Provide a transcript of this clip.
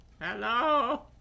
Hello